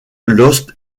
lost